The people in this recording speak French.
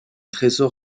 trésor